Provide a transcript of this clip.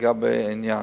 לגבי העניין.